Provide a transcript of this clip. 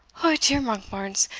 o dear, monkbarns!